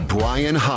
Brian